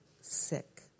sick